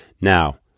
Now